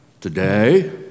today